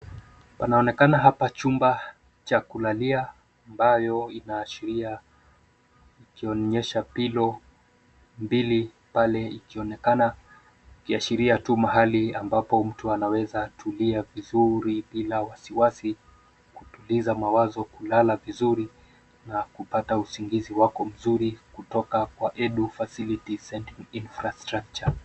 Panaonekana hapa chumba cha kulalia ambayo inaashiria ikionyesha pilo mbili pale ikionekana. Ikiashiria tu mahali ambapo mtu anaweza tulia vizuri bila wasiwasi kutuliza mawazo kulala vizuri na kupata usingizi wako mzuri kutoka kwa EDU Facility Center Infrastructure .